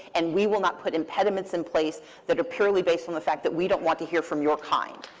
and we will not put impediments in place that are purely based on the fact that we don't want to hear from your kind.